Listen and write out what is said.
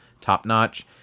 top-notch